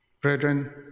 Brethren